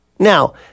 Now